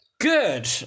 Good